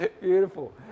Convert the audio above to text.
Beautiful